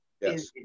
Yes